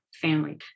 family